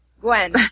Gwen